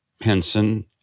Henson